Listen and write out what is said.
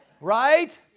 Right